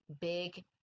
big